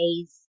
days